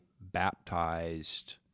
baptized